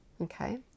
Okay